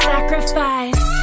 sacrifice